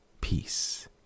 peace